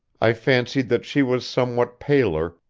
i fancied that she was somewhat paler,